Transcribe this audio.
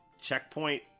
checkpoint